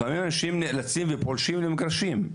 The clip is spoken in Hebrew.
לפעמים אנשים נאלצים ופולשים למגרשים,